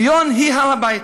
ציון היא הר-הבית.